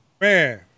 Man